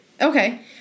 Okay